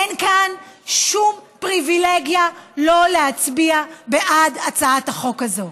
אין כאן שום פריבילגיה לא להצביע בעד הצעת החוק הזאת.